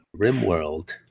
RimWorld